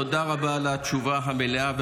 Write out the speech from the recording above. תודה רבה על התשובה המלאה והמפורטת.